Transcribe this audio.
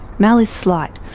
mel is slight,